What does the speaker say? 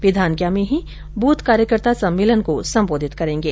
वे धानक्या में ही बूथ कार्यकर्ता सम्मेलन को सम्बोधित करेंगे